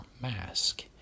mask